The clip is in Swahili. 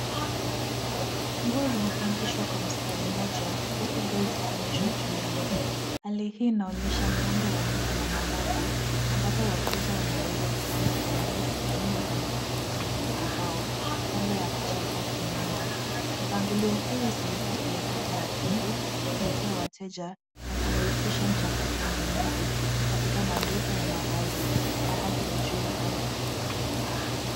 Nguo zimepandishwa kwa mstari moja huku bei zikionyeshwa juu yao. Hali hii inaonyesha muundo wa duka la mavazi ambapo wateja wanaweza kuona kwa urahisi aina za nguo pamoja na bei zao kabla ya kuchagua kununua. Mpangilio huu husaidia kuleta utaratibu, kuvutia wateja na kurahisisha mchakato wa ununuzi katika maduka ya mavazi ya hadhi ya juu au ya kipekee.